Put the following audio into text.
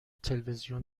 تلویزیون